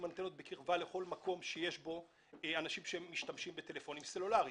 אנטנות בקרבה לכל מקום שיש בו אנשים שמשתמשים בטלפונים סלולריים.